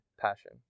passion